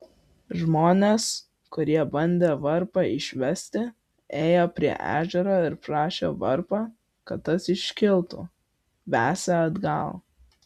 žmonės kurie bandė varpą išvesti ėjo prie ežero ir prašė varpą kad tas iškiltų vesią atgal